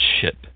ship